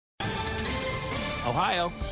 Ohio